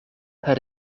het